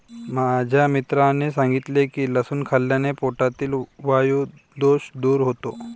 माझ्या मित्राने सांगितले की लसूण खाल्ल्याने पोटातील वायु दोष दूर होतो